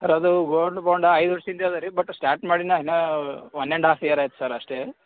sir ಅದೂ gold ಬಾಂಡಾ ಐದು ವರ್ಷದ್ದು ಅದಾ ರೀ ಬಟ್ ಸ್ಟ್ಯಾಟ್ ಮಾಡಿ ನಾನು ಒನ್ ಆ್ಯಂಡ್ ಹಾಫ್ ಇಯರ್ ಆಯ್ತು ಸರ್ ಅಷ್ಟೇ